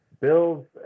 Bills